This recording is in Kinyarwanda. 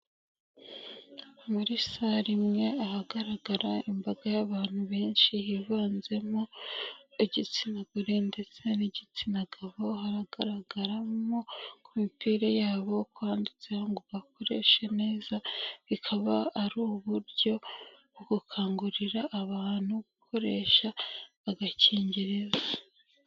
Muri sare imwe ahagaragara imbaga y'abantu benshi, hivanzemo igitsina gore ndetse n'igitsina gabo, haragaragaramo ku mipira yabo ko handitse ngo ugakoreshe neza, bikaba ari uburyo bwo gukangurira abantu gukoresha agakingirizo.